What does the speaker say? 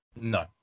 No